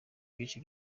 byinshi